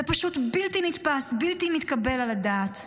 זה פשוט בלתי נתפס, בלתי מתקבל על הדעת.